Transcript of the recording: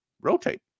rotate